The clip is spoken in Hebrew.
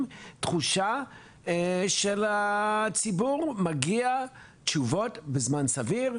תחושה שלציבור מגיע תשובות בזמן סביר,